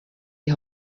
die